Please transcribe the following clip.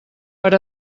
per